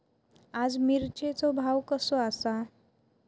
आज मिरचेचो भाव कसो आसा?